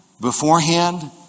beforehand